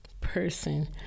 person